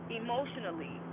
emotionally